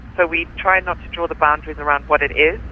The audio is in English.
ah we try not to draw the boundaries around what it is,